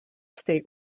state